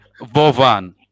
Bovan